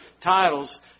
titles